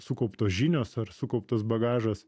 sukauptos žinios ar sukauptas bagažas